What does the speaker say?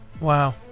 Wow